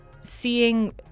seeing